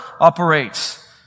operates